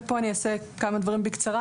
אומר כמה דברים בקצרה.